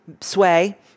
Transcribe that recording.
sway